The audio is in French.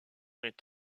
est